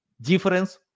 difference